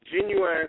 genuine